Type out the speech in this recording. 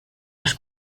las